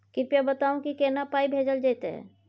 कृपया बताऊ की केना पाई भेजल जेतै?